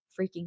freaking